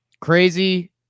crazy